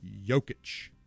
Jokic